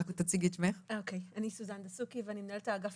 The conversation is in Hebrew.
אני סוזן דסוקי, מנהלת האגף